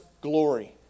glory